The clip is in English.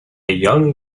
young